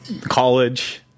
college